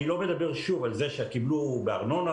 שוב, אני לא מדבר על זה שקיבלו בארנונה.